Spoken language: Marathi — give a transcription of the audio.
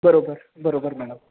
बरोबर बरोबर मॅडम